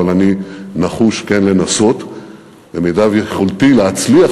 אבל אני נחוש כן לנסות במיטב יכולתי להצליח,